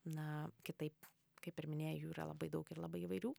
na kitaip kaip ir minėjai jų yra labai daug ir labai įvairių